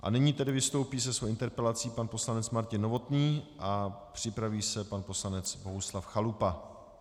A nyní tedy vystoupí se svou interpelací pan poslanec Martin Novotný a připraví se pan poslanec Bohuslav Chalupa.